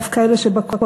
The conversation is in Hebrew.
דווקא אלה שבקואליציה,